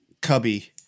Cubby